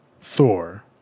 Thor